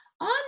on